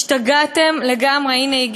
השתגעתם לגמרי הנה,